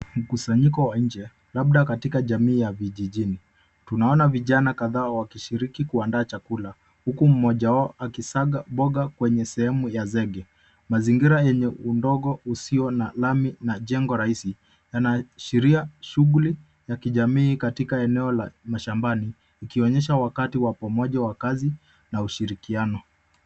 Mkusanyiko wa nje labda katika jamii ya vijijini. Tunaona vijana kadhaa wakishiriki kuandaa chakula huku mmoja wao akisaga mboga kwenye sehemu ya zege. Mazingira yenye udogo usio na lami na jengo rahisi yanaashiria shughuli ya kijamii katika eneo la mashambani ikionyesha wakati wa pamoja wa kazi na ushirikiano.